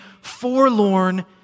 forlorn